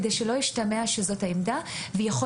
כדי שלא ישתמע שזוהי העמדה: זוהי לא התנגדות עקרונית.